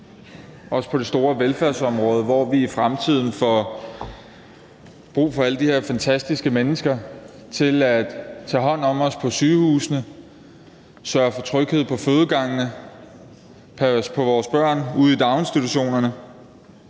til det store velfærdsområde, hvor vi i fremtiden får brug for alle de her fantastiske mennesker til at tage hånd om os på sygehusene, sørge får tryghed på fødegangene, passe på vores børn ude i daginstitutionerne